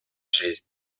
жизнь